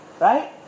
Right